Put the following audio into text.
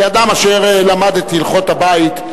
כאדם אשר למד את הלכות הבית,